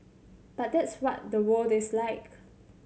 but that's what the world is like